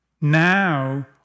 Now